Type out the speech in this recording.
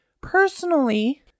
personally